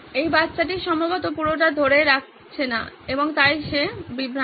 এই বাচ্চাটি সম্ভবত পুরোটা ধরে রাখছে না এবং তাই সে বিভ্রান্ত